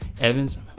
Evans